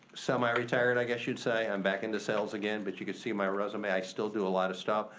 semi-retired i guess you'd say. i'm back into sales again, but you could see my resume, i still do a lot of stuff.